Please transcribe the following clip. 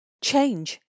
change